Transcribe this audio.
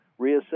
reassess